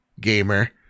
Gamer